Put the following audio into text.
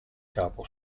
capo